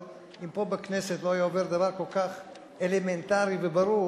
אם פה בכנסת לא היה עובר דבר כל כך אלמנטרי וברור,